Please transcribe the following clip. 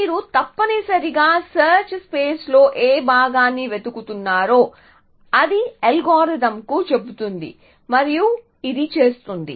మీరు తప్పనిసరిగా సెర్చ్ స్పేస్లో ఏ భాగాన్ని వెతుకుతున్నారో అది అల్గోరిథంకు చెబుతుంది మరియు ఇది చేస్తుంది